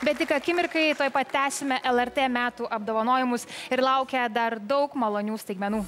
bet tik akimirkai tuoj pat tęsime lrt metų apdovanojimus ir laukia dar daug malonių staigmenų